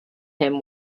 him